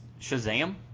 Shazam